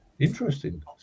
interesting